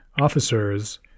officers